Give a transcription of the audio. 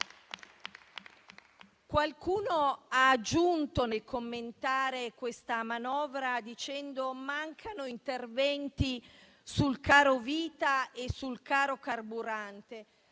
Qualcuno ha aggiunto, nel commentare questa manovra, che mancano gli interventi sul caro vita e sul caro carburante.